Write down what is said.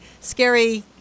scary